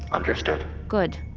understood good.